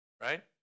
Right